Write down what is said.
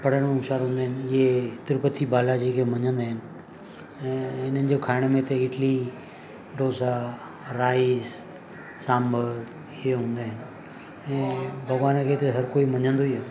पढ़ण में होशियार हूंदा आहिनि इहे तिरुपति बालाजी खे मञींदा आहिनि ऐं इन्हनि जे खाइण में त इडली डोसा राइस सांभर इहे हूंदा आहिनि ऐं भॻवान खे त हर कोई मञींदो ई आहे